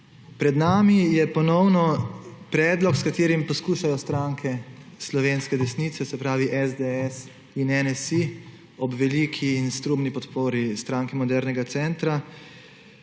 Pred nami je ponovno predlog, s katerim poskušajo stranke slovenske desnice, se pravi SDS in NSi, ob veliki in strumni podpori Stranke modernega centra